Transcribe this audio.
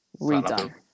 redone